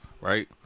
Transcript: Right